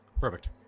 Perfect